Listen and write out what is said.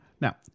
Now